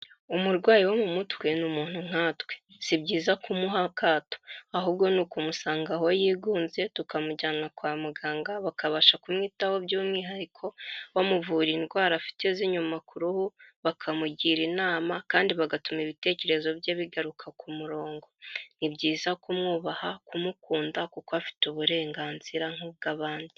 Umurwayi wo mu mutwe n'umuntu nkatwe si byiza kumuha akato, ahubwo n'ukumusanga aho yigunze tukamujyana kwa muganga bakabasha kumwitaho by'umwihariko bamuvura indwara afite z'inyuma ku ruhu, bakamugira inama kandi bagatuma ibitekerezo bye bigaruka ku murongo, ni byiza kumwubaha kumukunda kuko afite uburenganzira nk'ubw'abandi.